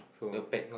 the